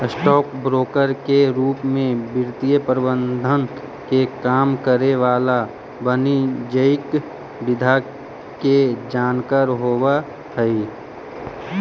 stock broker के रूप में वित्तीय प्रबंधन के काम करे वाला वाणिज्यिक विधा के जानकार होवऽ हइ